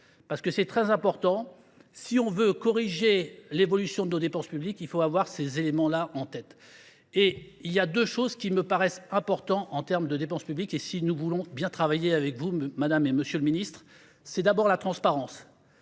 Parce que c'est très important, si on veut corriger l'évolution de nos dépenses publiques, il faut avoir ces éléments-là en tête. Et il y a deux choses qui me paraissent importantes en termes de dépenses publiques, et si nous voulons bien travailler avec vous, Madame et Monsieur le Ministre, c'est d'abord la transparence.